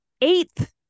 eighth